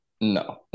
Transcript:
No